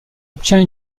obtient